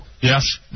Yes